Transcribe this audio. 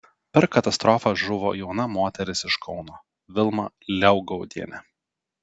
per katastrofą žuvo jauna moteris iš kauno vilma liaugaudienė